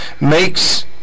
makes